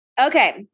Okay